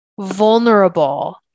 vulnerable